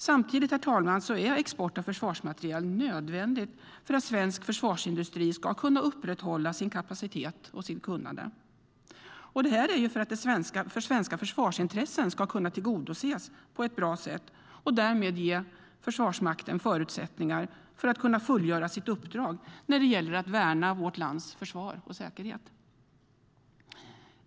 Samtidigt är export av försvarsmateriel nödvändigt för att svensk försvarsindustri ska kunna upprätthålla sin kapacitet och sitt kunnande, herr talman - detta för att svenska försvarsintressen ska kunna tillgodoses på ett bra sätt och därmed ge Försvarsmakten förutsättningar att fullgöra sitt uppdrag när det gäller att värna vårt lands försvar och säkerhet.